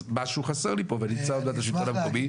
אז משהו חסר לי פה ונמצא עוד מעט השלטון המקומי.